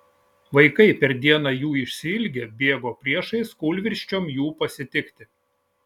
vaikai per dieną jų išsiilgę bėgo priešais kūlvirsčiom jų pasitikti